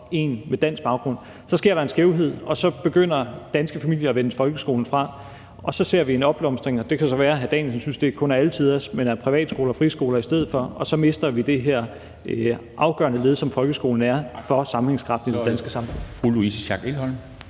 én med dansk baggrund, så kommer der en skævhed, og så begynder danske familier at vælge folkeskolen fra. Og så ser vi en opblomstring – og det kan så være, hr. Thomas Danielsen synes, at det kun er alletiders – af privatskoler og friskoler i stedet for. Og så mister vi det her afgørende led, som folkeskolen er for sammenhængskraften i det danske samfund.